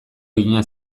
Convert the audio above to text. egina